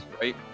right